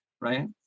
right